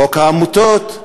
חוק העמותות,